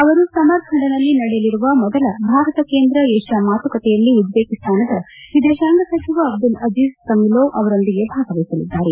ಅವರು ಸಮರ್ಖಂಂಡ್ನಳಲ್ಲಿ ನಡೆಯಲಿರುವ ಮೊದಲ ಭಾರತ ಕೇಂದ್ರ ಏಷ್ಯಾ ಮಾತುಕತೆಯಲ್ಲಿ ಉಜ್ಜೇಳಿಸ್ತಾನದ ವಿದೇಶಾಂಗ ಸಚಿವ ಅಬ್ದುಲ್ ಅಜೀಜ್ ಕಮಿಲೋವ್ ಅವರೊಂದಿಗೆ ಭಾಗವಹಿಸಲಿದ್ದಾರೆ